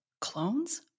clones